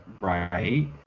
right